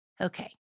Okay